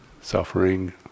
Suffering